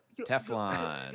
Teflon